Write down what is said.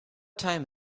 time